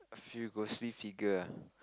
few ghostly figure ah